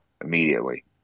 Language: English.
immediately